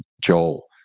Joel